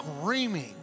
screaming